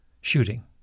shooting